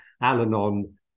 Al-Anon